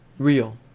real.